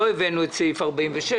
לא הבאנו את סעיף 46,